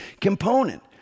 component